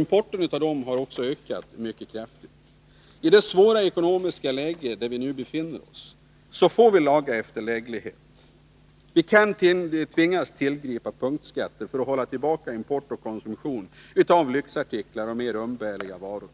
Importen av sådana har också ökat mycket kraftigt. I det svåra ekonomiska läge där vi nu befinner oss får vi laga efter läglighet. Vi kan tvingas tillgripa punktskatter för att hålla tillbaka import och konsumtion av lyxartiklar och mer umbärliga varor.